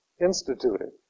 instituted